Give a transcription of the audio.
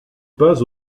pas